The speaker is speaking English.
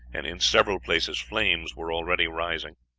and in several places flames were already rising.